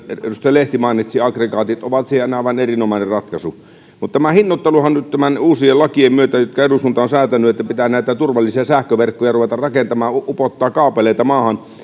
lehti mainitsi aggregaatit ovat siihen aivan erinomainen ratkaisu mutta tämä hinnoitteluhan nyt näiden uusien lakien myötä jotka eduskunta on säätänyt että pitää näitä turvallisia sähköverkkoja ruveta rakentamaan upottamaan kaapeleita maahan